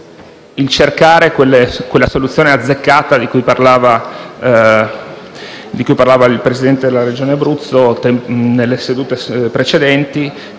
cercare quella soluzione azzeccata di cui parlava il Presidente della Regione Abruzzo nelle sedute precedenti.